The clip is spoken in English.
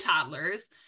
toddlers